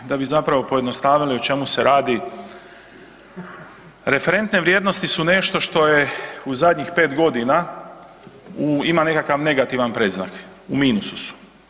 Da bi zapravo pojednostavili o čemu se radi, referentne vrijednosti su nešto što je u zadnjih 5 godina, ima nekakav negativan predznak, u minusu su.